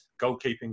goalkeeping